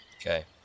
Okay